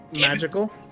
Magical